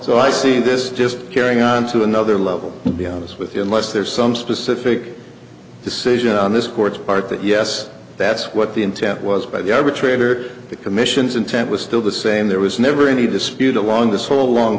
so i see this just carrying on to another level to be honest with you unless there's some specific decision on this court's part that yes that's what the intent was by the arbitrator the commission's intent was still the same there was never any dispute along this whole long